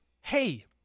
hey